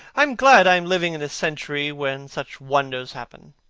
i am glad i am living in a century when such wonders happen.